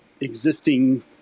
existing